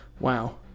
Wow